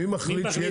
מי מחליט?